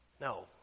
No